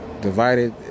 divided